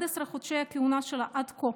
ב-11 חודשי הכהונה שלה עד כה,